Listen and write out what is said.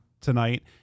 tonight